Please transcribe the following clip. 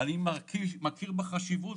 אני מכיר בחשיבות